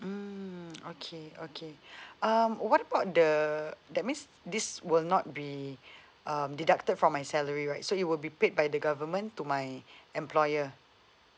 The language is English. mm okay okay um what about the that means this will not be uh deducted from my salary right so it will be paid by the government to my employer